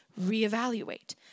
reevaluate